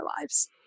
lives